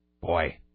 Boy